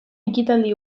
ekitaldi